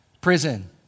Prison